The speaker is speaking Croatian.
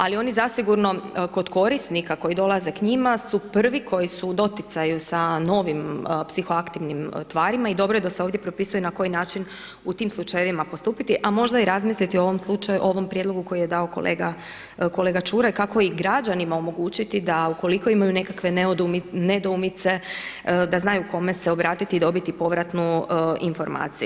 Ali oni zasigurno kod korisnika koji dolaze k njima su prvi koji su u doticaju sa novim psihoaktivnim tvarima i dobro je da se ovdje propisuje na koji način u tim slučajevima postupiti, a možda i razmisliti o ovom slučaju, ovom prijedlogu koji je dao kolega Čuraj kako i građanima omogućiti, da ukoliko imaju nekakve nedoumice, da znaju kome se obratiti i dobiti povratnu informaciju.